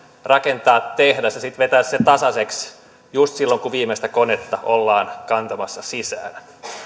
rakentaa tehdas ja sitten vetää se tasaiseksi just silloin kun viimeistä konetta ollaan kantamassa sisään